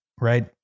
right